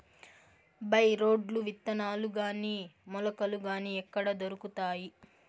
By రోడ్లు విత్తనాలు గాని మొలకలు గాని ఎక్కడ దొరుకుతాయి?